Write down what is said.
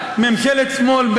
ממשלת שמאל,